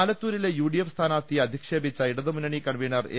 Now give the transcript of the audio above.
ആലത്തൂരിലെ UDF സ്ഥാനാർത്ഥിയെ അധിക്ഷേപിച്ച ഇടതു മുന്നണി കൺവീനർ എ